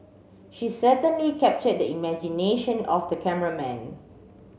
she certainly captured the imagination of the cameraman